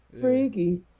Freaky